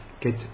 get